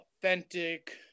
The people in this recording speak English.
authentic